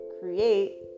create